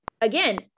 again